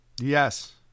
Yes